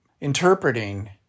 interpreting